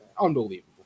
unbelievable